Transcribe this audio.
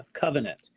covenant